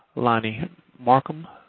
lonnie markham,